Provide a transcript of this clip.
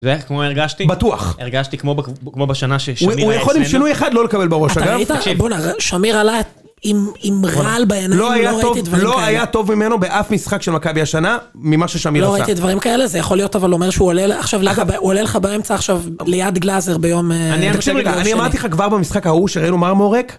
ואיך כמו הרגשתי? בטוח. הרגשתי כמו בשנה ששמיר היה אצלנו. הוא יכול עם שינוי אחד לא לקבל בראש, אגב. אתה ראית? בואנה, שמיר עלה עם רעל בעיניים, לא ראיתי דברים כאלה. לא היה טוב ממנו באף משחק של מקבי השנה ממה ששמיר עושה. לא ראיתי דברים כאלה, זה יכול להיות אבל אומר שהוא עולה לך באמצע עכשיו ליד גלאזר ביום... אני אמרתי לך כבר במשחק ההוא שראינו מרמורק.